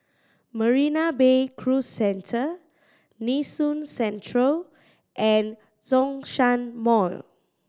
Marina Bay Cruise Centre Nee Soon Central and Zhongshan Mall